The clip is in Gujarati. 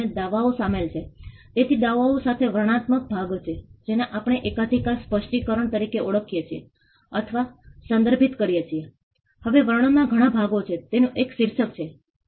અને તે પાકું અથવા અર્ધ પાકું કોંક્રિટ સ્ટ્રક્ચર હોઈ શકે છે તેમના ઇન્ફ્રાસ્ટ્રક્ચર્સ ગ્રુવ ન હતા તમે અહીં ડ્રેનેજની ગુણવત્તા જોઈ શકો છો